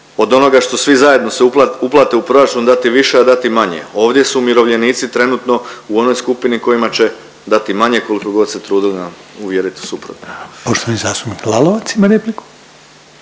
od onoga što svi zajedno se uplati u proračun dati više, a dati manje. Ovdje su umirovljenici trenutno u onoj skupini kojima će dati manje koliko god se trudili nas uvjerit u suprotno. **Reiner, Željko